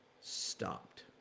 stopped